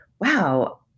wow